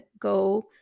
go